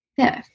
Fifth